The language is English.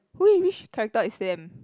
whi~ which character is them